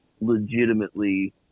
legitimately